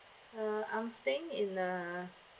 uh I'm staying in a